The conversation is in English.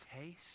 taste